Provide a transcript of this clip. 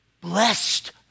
Blessed